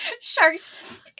Sharks